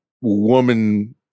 woman